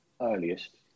earliest